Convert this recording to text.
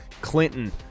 Clinton